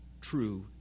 true